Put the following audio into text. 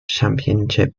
championship